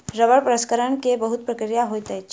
रबड़ प्रसंस्करण के बहुत प्रक्रिया होइत अछि